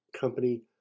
company